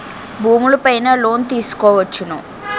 భూములు పైన లోన్ తీసుకోవచ్చును